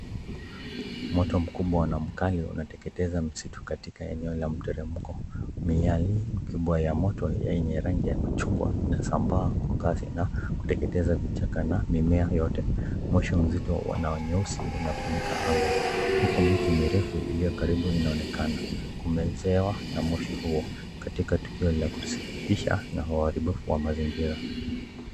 Moto mkubwa na mkali unateketeza msitu katika eneo la mteremko. Miale hii mikubwa ya moto yenye rangi ya machungwa inasambaa kwa kasi na kuteketeza vichaka na mimea yote. Moshi mzito na nyeusi unafunika anga huku miti mirefu iliyo karibu inaonekana kumezewa na moshi huo katika tukio la kusikitisha na uharibifu wa mazingira.